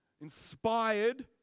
inspired